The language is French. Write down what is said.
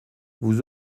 vous